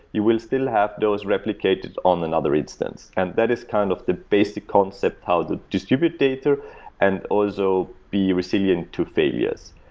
you will still have those replicated on another instance, and that is kind of the basic concept how to distribute data and also be resilient to failures.